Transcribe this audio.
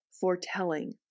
foretelling